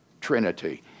trinity